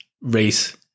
race